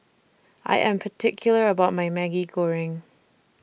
I Am particular about My Maggi Goreng